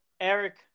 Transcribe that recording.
Eric